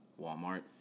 Walmart